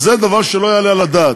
אז זה דבר שלא יעלה על הדעת.